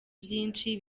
byinshi